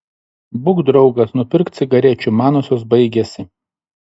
būk draugas nupirk cigarečių manosios baigėsi